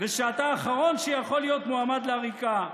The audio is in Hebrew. ושאתה האחרון שיכול להיות מועמד לעריקה.